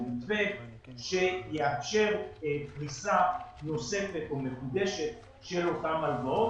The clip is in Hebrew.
מתווה שיאפשר פריסה נוספת או מחודשת של אותן הלוואות.